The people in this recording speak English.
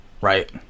right